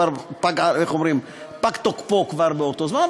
כבר פג תוקפו באותו זמן,